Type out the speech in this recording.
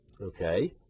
okay